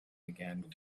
again